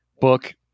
book